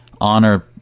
honor